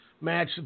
match